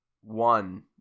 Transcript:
one